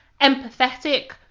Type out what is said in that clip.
empathetic